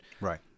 Right